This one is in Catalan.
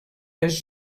pels